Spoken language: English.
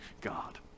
God